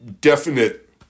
definite